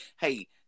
hey